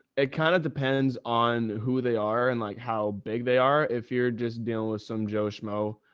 it kind of depends on who they are and like how big they are, if you're just dealing with some joe schmoe,